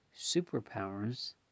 superpowers